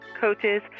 coaches